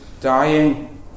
dying